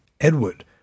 Edward